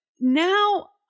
now